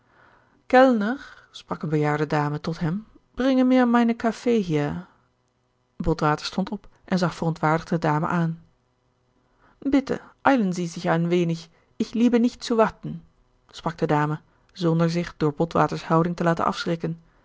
kellner sprak eene bejaarde dame tot hem bringe mir meine caffee hier botwater stond op en zag verontwaardigd de dame aan bitte eilen sie sich ein wenig ich liebe nicht zu warten sprak de dame zonder zich door botwaters houding te laten afschrikken